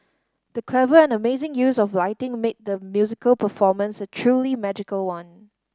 the clever and amazing use of lighting made the musical performance a truly magical one